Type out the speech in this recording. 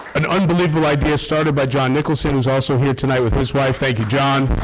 an unbelievable idea started by john nicholson who's also here tonight with his wife, thank you john